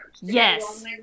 Yes